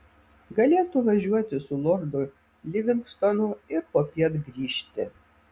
galėtų važiuoti su lordu livingstonu ir popiet grįžti